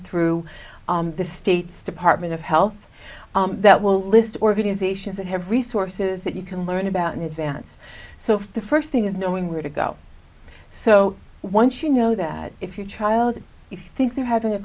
through the state's department of health that will list organizations that have resources that you can learn about in advance so the first thing is knowing where to go so once you know that if your child if you think they're having a